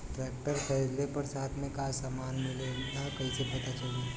Tractor खरीदले पर साथ में का समान मिलेला कईसे पता चली?